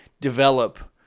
develop